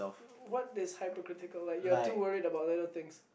what is hypocritical like you are too worried about little things